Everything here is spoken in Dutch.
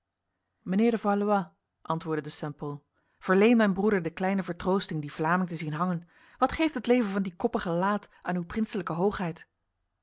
de valois antwoordde de st pol verleen mijn broeder de kleine vertroosting die vlaming te zien hangen wat geeft het leven van die koppige laat aan uw prinselijke hoogheid